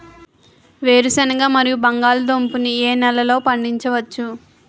వేరుసెనగ మరియు బంగాళదుంప ని ఏ నెలలో పండించ వచ్చు?